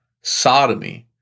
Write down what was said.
sodomy